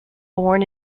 born